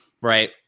right